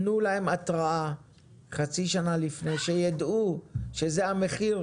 תנו להם התראה חצי שנה לפני שיידעו שזה המחיר,